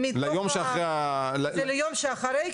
ליום שאחרי --- זה ליום שאחרי,